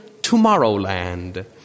Tomorrowland